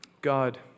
God